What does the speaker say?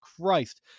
christ